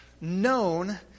known